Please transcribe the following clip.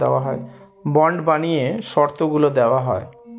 bond বানিয়ে শর্তগুলা দেওয়া হয়